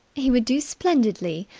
he would do splendidly.